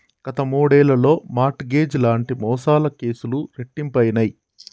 గత మూడేళ్లలో mortgage లాంటి మోసాల కేసులు రెట్టింపయినయ్